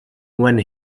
when